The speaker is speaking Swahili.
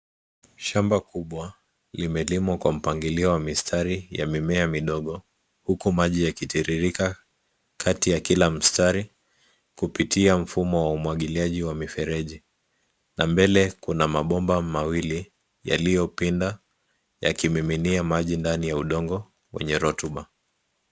Shamba kubwa limelimwa kwa mpangilio wa mistari ya mimea midogo huku maji yakitiririka kati ya kila mstari kupitia mfumo wa umwagiliaji ya mifereji na mbele kuna mabomba mawili yaliyopinda yakimiminia maji ndani ya udongo wenye rotuba.